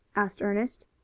asked ernest.